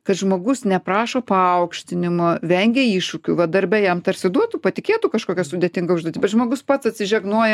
kad žmogus neprašo paaukštinimo vengia iššūkių darbe jam tarsi duotų patikėtų kažkokią sudėtingą užduotį bet žmogus pats atsižegnoja